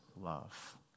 love